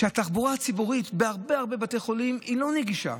שהתחבורה הציבורית בהרבה הרבה בתי חולים היא לא נגישה,